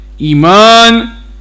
iman